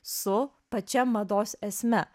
su pačia mados esme